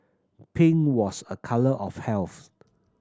pink was a colour of health